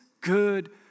good